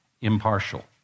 impartial